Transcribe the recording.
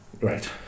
Right